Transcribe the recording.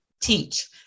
teach